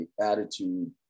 attitude